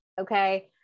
okay